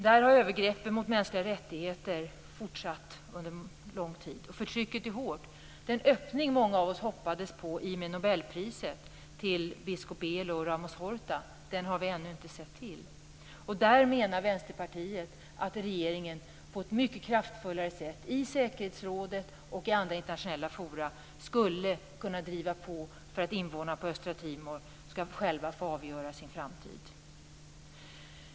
Där har övergreppen mot mänskliga rättigheter pågått under lång tid. Förtrycket är hårt. Den öppning många av oss hoppades på i och med nobelpriset till biskop Belo och Ramos Horta har vi ännu inte sett till. Här menar Vänsterpartiet att regeringen på ett mycket kraftfullare sätt i säkerhetsrådet och andra internationella fora skulle kunna driva på för att invånarna på Östra Timor själva skall få avgöra sin framtid.